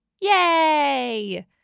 Yay